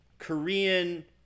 Korean